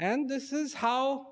and this is how